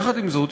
יחד עם זאת,